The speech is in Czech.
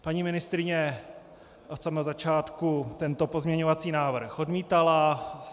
Paní ministryně od samého začátku tento pozměňovací návrh odmítala.